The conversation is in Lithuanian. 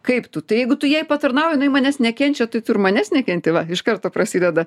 kaip tu tai jeigu tu jai patarnauji jinai manęs nekenčia tai tu ir manęs nekenti va iš karto prasideda